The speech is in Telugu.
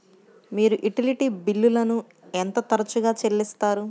మీరు యుటిలిటీ బిల్లులను ఎంత తరచుగా చెల్లిస్తారు?